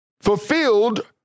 fulfilled